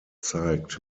zeigt